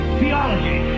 theology